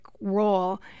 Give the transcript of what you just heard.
role